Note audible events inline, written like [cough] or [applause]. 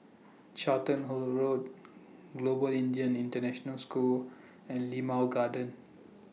Charlton [unintelligible] Road Global Indian International School and Limau Garden